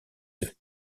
eux